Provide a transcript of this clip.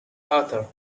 author